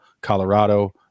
Colorado